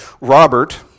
Robert